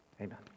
amen